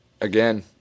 Again